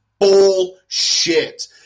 bullshit